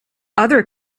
other